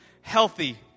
healthy